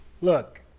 Look